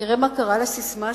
תראה מה קרה לססמה שלך: